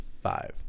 five